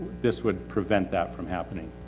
this would prevent that from happening.